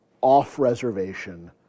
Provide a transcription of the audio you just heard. off-reservation